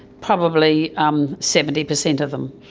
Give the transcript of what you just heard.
probably um seventy percent of them.